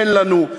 אין לנו,